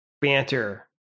banter